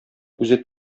үзе